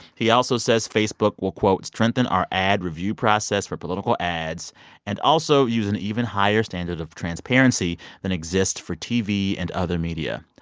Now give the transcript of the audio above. he also says facebook will, quote, strengthen our ad review process for political ads and also use an even higher standard of transparency than exists for tv and other media.